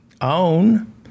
own